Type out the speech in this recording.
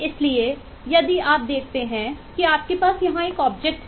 इसलिए यदि आप देखते हैं कि आपके पास यहां एक ऑब्जेक्ट है